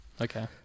Okay